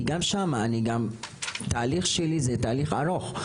כי גם שם אני גם התהליך שלי זה תהליך ארוך.